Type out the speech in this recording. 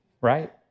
Right